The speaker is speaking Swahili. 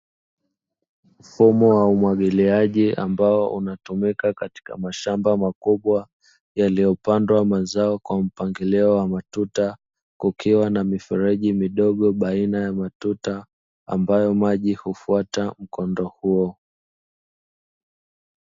Mfumo wa umwagiliaji ambao unatumika katika mashamba makubwa yaliyopandwa mazao kwa mpangilio wa matuta, kukiwa na mifereji midogo baina ya matuta ambayo maji hufuata mkondo huo.